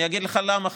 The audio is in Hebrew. אני אגיד לך למה,